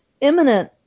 imminent